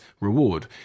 reward